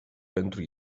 pentru